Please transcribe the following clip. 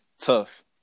Tough